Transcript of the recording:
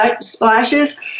splashes